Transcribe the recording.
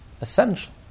essential